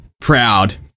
proud